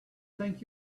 think